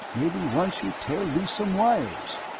maybe once you tear loose some wires.